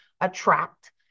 attract